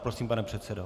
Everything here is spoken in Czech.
Prosím, pane předsedo.